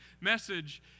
message